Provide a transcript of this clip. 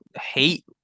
hate